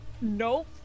Nope